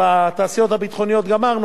תעשיות ביטחוניות,